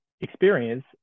experience